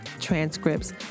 transcripts